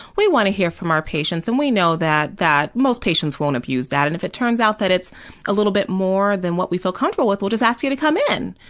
we want to hear from our patients and we know that that most patients won't abuse that, and if it turns out that it's a little bit more than what we feel comfortable with, we'll just ask you to come in,